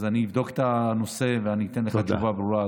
אז אני אבדוק את הנושא ואתן לך תשובה ברורה,